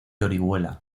orihuela